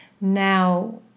now